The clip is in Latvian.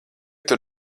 tur